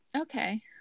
okay